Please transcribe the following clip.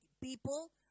people